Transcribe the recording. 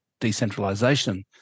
decentralisation